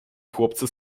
chłopcy